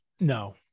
No